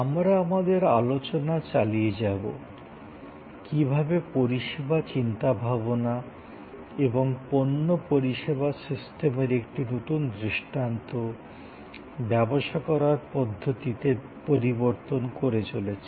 আমরা আমাদের আলোচনা চালিয়ে যাব কীভাবে পরিষেবা চিন্তাভাবনা এবং পণ্য পরিষেবা সিস্টেমের একটি নতুন দৃষ্টান্ত ব্যবসা করার পদ্ধতিতে পরিবর্তন করে চলেছে